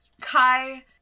Kai